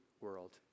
world